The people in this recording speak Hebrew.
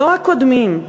לא הקודמים.